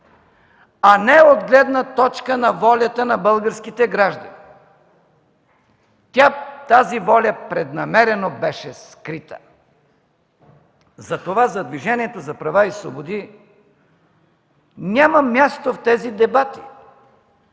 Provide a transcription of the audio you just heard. а не от гледна точка на волята на българските граждани. Тя, тази воля, преднамерено беше скрита, затова за Движението за права и свободи няма място в тези дебати.